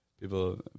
people